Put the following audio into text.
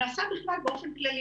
נעשה בכלל באופן כללי.